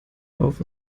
auf